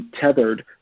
tethered